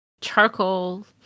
charcoal